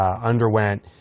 underwent